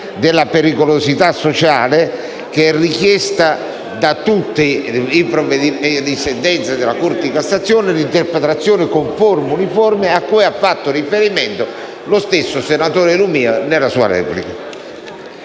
della pericolosità sociale, che è richiesta da tutte le sentenze della Corte di cassazione, secondo un'interpretazione conforme e uniforme, cui ha fatto riferimento lo stesso senatore Lumia nella sua replica.